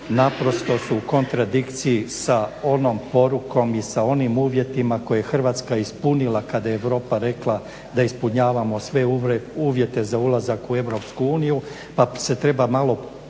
naprosto su u kontradikciji sa onom porukom i sa onim uvjetima koje je Hrvatska ispunila kada je Europa rekla da ispunjavamo sve uvjete za ulazak u EU, pa se treba malo zamisliti